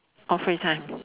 all face time